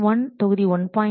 1 தொகுதி 1